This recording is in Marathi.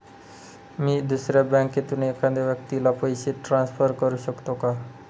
मी दुसऱ्या बँकेतून एखाद्या व्यक्ती ला पैसे ट्रान्सफर करु शकतो का?